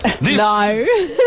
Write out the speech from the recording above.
No